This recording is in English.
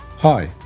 Hi